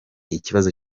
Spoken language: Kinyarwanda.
ikibazo